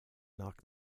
knock